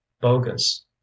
bogus